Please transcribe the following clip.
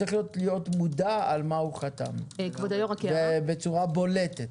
צריך להיות מודע על מה הוא חתם בצורה בולטת.